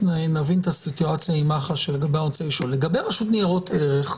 נבין את הסיטואציה עם מח"ש אבל לגבי הרשות לניירות ערך,